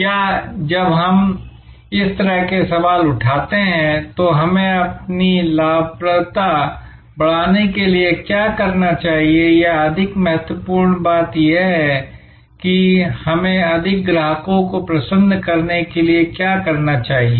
या जब हम इस तरह के सवाल उठाते हैं तो हमें अपनी लाभप्रदता बढ़ाने के लिए क्या करना चाहिए या अधिक महत्वपूर्ण बात यह है कि हमें अधिक ग्राहकों को प्रसन्न करने के लिए क्या करना चाहिए